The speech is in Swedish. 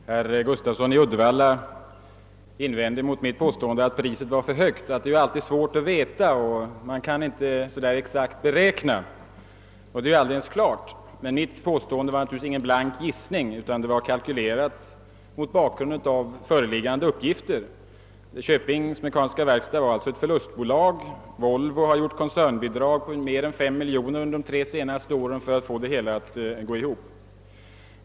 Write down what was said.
Herr talman! Herr Gustafsson i Uddevalla invände mot mitt påstående att priset var för högt, att det alltid är svårt att veta bestämt och att man inte kan beräkna exakt. Det är självklart, men mitt påstående var givetvis inte någon ren gissning utan kalkylerat på grundval av föreliggande uppgifter. Köpings Mekaniska Verkstad var alltså ett förlustbolag, och Volvo har lämnat koncernbidrag på mer än 5 miljoner kronor under de senaste tre åren för att få det hela att gå ihop.